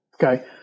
Okay